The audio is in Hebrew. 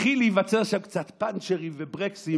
מתחילים להיווצר שם קצת פנצ'רים וברקסים,